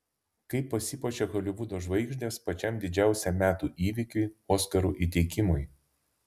kaip pasipuošia holivudo žvaigždės pačiam didžiausiam metų įvykiui oskarų įteikimui